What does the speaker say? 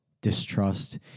distrust